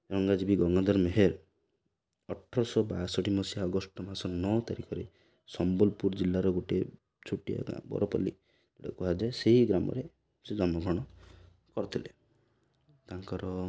ରଙ୍ଗାଜୀବୀ ଗଙ୍ଗାଧର ମେହେର ଅଠରଶହ ବାଷଠି ମସିହା ଅଗଷ୍ଟ ମାସ ନଅ ତାରିଖରେ ସମ୍ବଲପୁର ଜିଲ୍ଲାର ଗୋଟିଏ ଛୋଟିଆ ବରପଲ୍ଲଲିଟା କୁହାଯାଏ ସେଇ ଗ୍ରାମରେ ସେ ଜନ୍ମଗ୍ରଣ କରିଥିଲେ ତାଙ୍କର